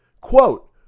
quote